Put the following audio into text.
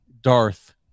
darth